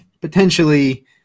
potentially